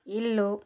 ఇల్లు